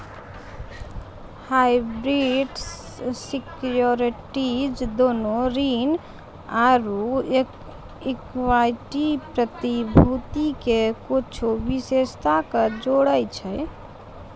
hybrid securities दोनो ऋण आरु इक्विटी प्रतिभूति के कुछो विशेषता के जोड़ै छै